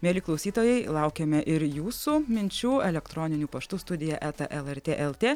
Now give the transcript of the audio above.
mieli klausytojai laukiame ir jūsų minčių elektroniniu paštu studija eta lrt lt